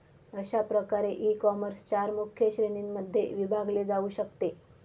अशा प्रकारे ईकॉमर्स चार मुख्य श्रेणींमध्ये विभागले जाऊ शकते